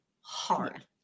hard